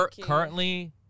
currently